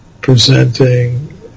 presenting